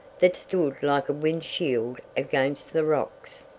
that stood like a wind-shield against the rocks.